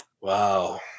Wow